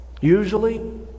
Usually